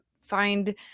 find